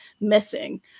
missing